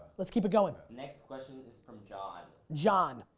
let's keep it going. next question is from john. john.